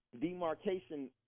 demarcation